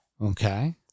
Okay